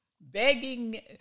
begging